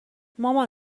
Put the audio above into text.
مامان